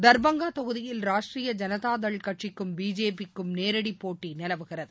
தர்பங்கா தொகுதியில் ராஷ்ட்ரிய ஜனதாதள் கட்சிக்கும் பிஜேபிக்கும் நேரடி போட்டி நிலவுகிறது